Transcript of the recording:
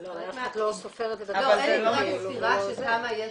זה חלק מה --- אין לי ספירה של כמה יש